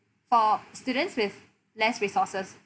for students with less resources